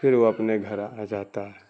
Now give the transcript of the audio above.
پھر وہ اپنے گھر آ جاتا ہے